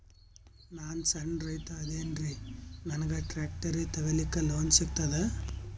ನಾನ್ ಸಣ್ ರೈತ ಅದೇನೀರಿ ನನಗ ಟ್ಟ್ರ್ಯಾಕ್ಟರಿ ತಗಲಿಕ ಲೋನ್ ಸಿಗತದ?